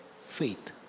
faith